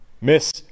miss